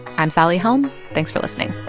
i'm sally helm. thanks for listening